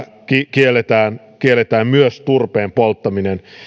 kielletään kielletään myös turpeen polttaminen